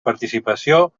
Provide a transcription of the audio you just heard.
participació